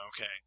Okay